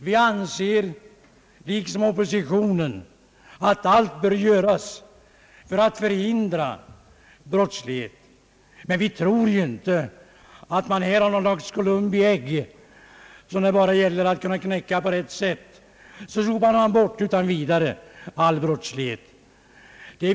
Vi anser liksom oppositionen att allt bör göras för att förhindra brottslighet, men vi tror inte att man här har något slags Columbi ägg som det bara gäller att knäcka på rätt sätt och därmed utan vidare sopa bort all brottslighet.